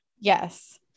yes